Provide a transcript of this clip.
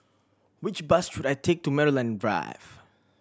which bus should I take to Maryland Drive